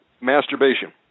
masturbation